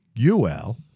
UL